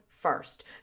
First